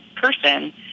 person